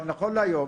אבל נכון להיום,